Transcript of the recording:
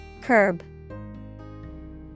Curb